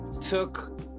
took